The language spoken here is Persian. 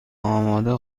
آماده